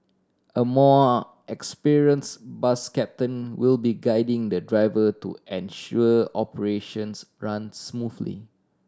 a more experience bus captain will be guiding the driver to ensure operations run smoothly